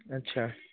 ଆଚ୍ଛା